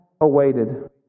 Awaited